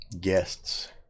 guests